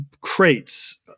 crates